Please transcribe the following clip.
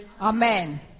Amen